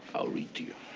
i'll read to you.